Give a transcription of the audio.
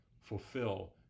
fulfill